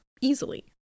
easily